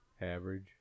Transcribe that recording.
Average